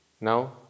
Now